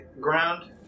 ground